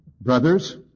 brothers